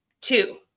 Two